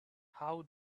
how